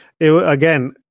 Again